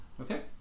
Okay